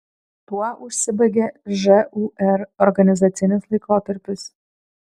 tuo užsibaigė žūr organizacinis laikotarpis